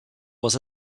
was